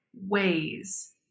ways